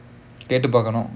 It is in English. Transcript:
கேட்டு பாக்கனும்:kettu paakkanum